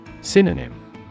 Synonym